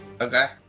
Okay